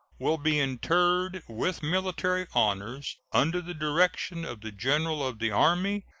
will be interred with military honors, under the direction of the general of the army,